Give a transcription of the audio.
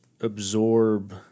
absorb